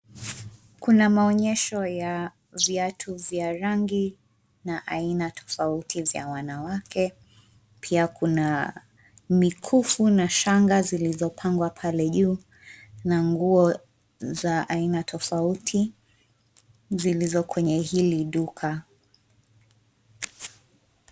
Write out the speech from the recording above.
Kuna maonyesho ya viatu vya rangi na aina tofauti vya wanawake. Pia kuna mikufu na shanga zilizopangwa pale juu na nguo za aina tofauti zilizo kwenye hili duka.